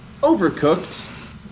Overcooked